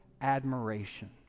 admiration